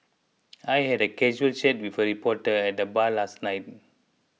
I had a casual chat with a reporter at the bar last night